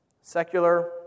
secular